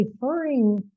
referring